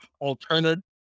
alternative